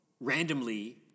randomly